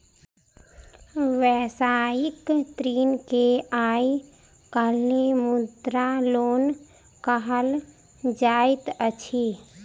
व्यवसायिक ऋण के आइ काल्हि मुद्रा लोन कहल जाइत अछि